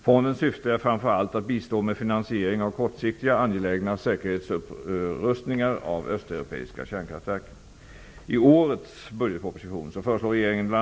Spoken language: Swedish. Fondens syfte är framför allt att bistå med finansiering av kortsiktiga, angelägna säkerhetsupprustningar av Östeuropeiska kärnkraftverk.